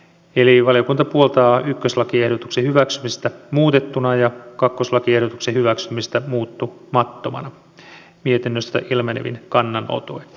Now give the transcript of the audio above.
eli valiokunta puoltaa ykköslakiehdotuksen hyväksymistä muutettuna ja kakkoslakiehdotuksen hyväksymistä muuttamattomana mietinnöstä ilmenevin kannanotoin